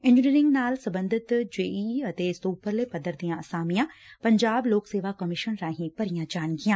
engineering ਨਾਲ ਸਬੰਧਤ J E E ਅਤੇ ਇਸ ਤੋਂ ਉਪਰਲੇ ਪੱਧਰ ਦੀਆਂ ਅਸਾਮੀਆਂ ਪੰਜਾਬ ਲੋਕ ਸੇਵਾ ਕਮਿਸ਼ਨ ਰਾਹੀਂ ਭਰੀਆਂ ਜਾਣਗੀਆਂ